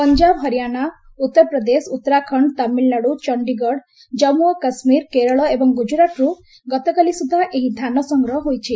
ପଞ୍ଜାବ ହରିୟାଣା ଉତ୍ତର ପ୍ରଦେଶ ଉତ୍ତରାଖଣ୍ଡ ତାମିଲ୍ନାଡ଼ୁ ଚଣ୍ଡିଗଡ଼ ଜନ୍ମୁ ଓ କାଶ୍ମୀର କେରଳ ଏବଂ ଗୁକୁରାଟ୍ରୁ ଗତକାଲି ସୁଦ୍ଧା ଏହି ଧାନ ସଂଗ୍ରହ ହୋଇଛି